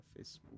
Facebook